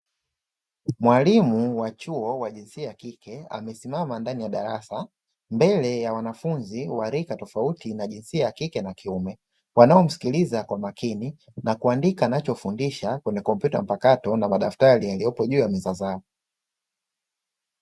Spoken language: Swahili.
Mwalimu wa chuo wa jinsia ya kike amesimama ndani ya darasa, mbele ya wanafunzi wa rika tofauti na jinsia ya kike na kiume wanaomsikiliza kwa makini na kuandika anachofundisha kwenye kompyuta mpakato na madaftari yaliyopo juu ya meza zao.